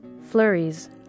flurries